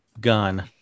gun